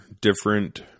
different